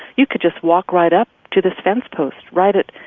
you could just walk right up to this fence post, right at,